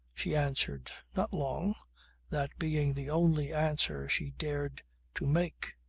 she answered not long that being the only answer she dared to make.